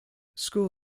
school